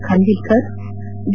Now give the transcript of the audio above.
Khanwilkar D